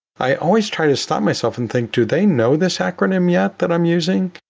i always try to stop myself and think do they know this acronym, yet that i'm using?